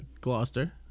Gloucester